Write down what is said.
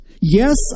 Yes